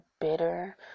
bitter